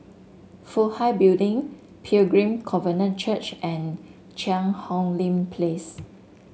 Fook Hai Building Pilgrim Covenant Church and Cheang Hong Lim Place